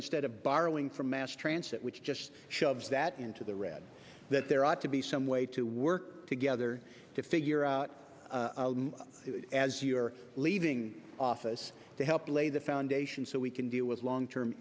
instead of borrowing from mass transit which just shoves that into the red that there ought to be some way to work together to figure out as you're leaving office to help lay the foundation so we can deal with long term